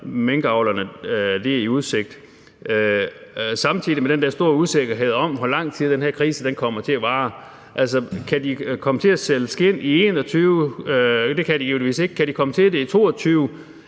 minkavlerne det i udsigt, samtidig med at der er den store usikkerhed om, hvor lang tid den her krise kommer til at vare. Altså, kan de komme til at sælge skind i 2021? Det kan de givetvis ikke. Kan de komme til det i 2022,